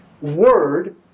word